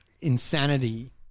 insanity